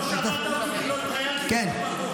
לא שמעת אותי כי לא התראיינתי בשום מקום.